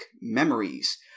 memories